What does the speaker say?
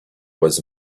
was